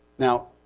Now